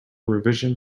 revision